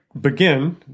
begin